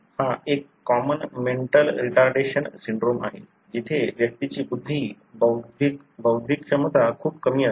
हा एक common mental retardation syndrome आहे जिथे व्यक्तीची बुद्धी बौद्धिक क्षमता खूप कमी असते